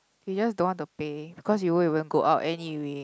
you just don't want to pay because you won't even go out anyway